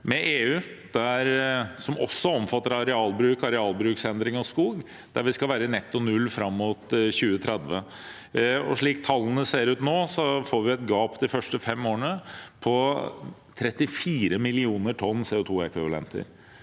med EU som også omfatter arealbruk, arealbruksendringer og skog, der vi skal være i netto null fram mot 2030. Slik tallene ser ut nå, får vi et gap de første fem årene på 34 millioner tonn CO2ekvivalenter.